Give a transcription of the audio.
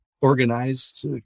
organized